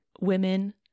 women